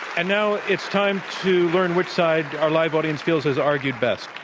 and now it's time to learn which side our live audience feels has argued best.